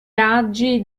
raggi